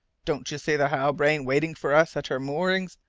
don't you see the halbrane waiting for us at her moorings?